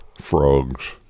frogs